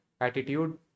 attitude